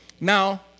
now